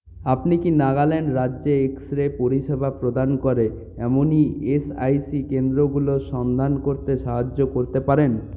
আপনি কি নাগাল্যান্ড রাজ্যে এক্স রে পরিষেবা প্রদান করে এমনি এস আই সি কেন্দ্রগুলোর সন্ধান করতে সাহায্য করতে পারেন